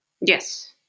Yes